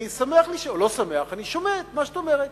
אני שומע את מה שאת אומרת.